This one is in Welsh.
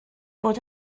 fod